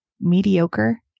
mediocre